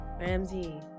Ramsey